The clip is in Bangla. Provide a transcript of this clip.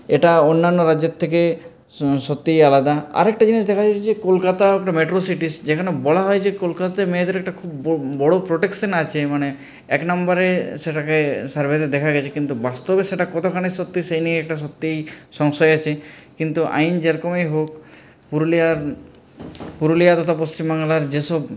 এটা অন্যান্য রাজ্যের থেকে স সত্যিই আলাদা আরেকটা জিনিস দেখা যাচ্ছে যে কলকাতা একটা মেট্রো সিটি যেখানে বলা হয় যে কলকাতায় মেয়েদের একটা খুব ব বড়ো প্রোটেকশন আছে মানে এক নাম্বারে সেটাকে সার্ভেতে দেখা গেছে কিন্তু বাস্তবে সেটা কতখানি সত্যি সেই নিয়ে একটা সত্যি সমস্যায় আছি কিন্তু আইন যেরকমই হোক পুরুলিয়ার পুরুলিয়া তথা পশ্চিমবাংলার যেসব